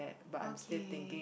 okay